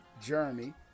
Jeremy